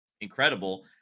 Incredible